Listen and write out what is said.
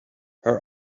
her